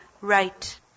right